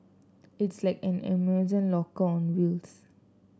it's like an Amazon lock on wheels